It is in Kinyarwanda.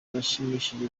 bashimishije